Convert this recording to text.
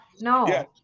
No